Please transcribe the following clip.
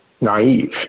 naive